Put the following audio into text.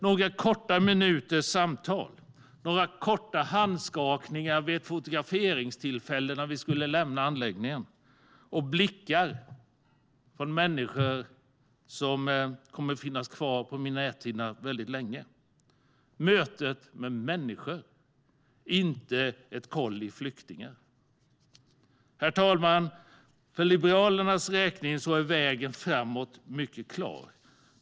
Några korta minuters samtal, några snabba handskakningar vid fotograferingstillfället när vi lämnade anläggningen och blickar kommer att finnas kvar på min näthinna länge. Det var ett möte med människor - inte med ett kolli flyktingar. Herr talman! För liberalerna är vägen framåt mycket klar.